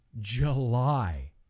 july